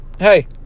Hey